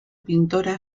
pintora